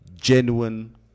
genuine